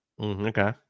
Okay